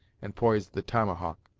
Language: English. and poised the tomahawk.